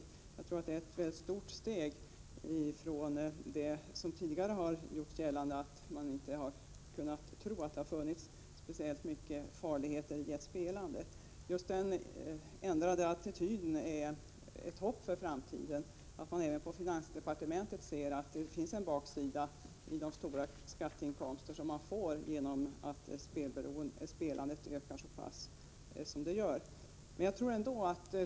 Jag tror att det innebär ett stort steg i förhållande till vad som tidigare har gjorts gällande då man inte har trott att det varit särskilt farligt att spela. Just den ändrade attityden, att man även på finansdepartementet ser att det finns en baksida av de stora skatteinkomster som staten får på grund av att spelandet ökar så kraftigt, inger ett hopp för framtiden.